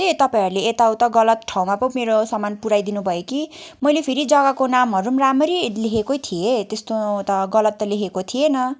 के तपाईँहरूले यताउता गलत ठाउँमा पो मेरो सामान पुऱ्याइ दिनुभयो कि मैले फेरि जग्गाको नामहरू पनि राम्ररी लेखेकै थिएँ त्यस्तो त गलत लेखेको थिएन